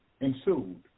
ensued